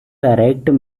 direct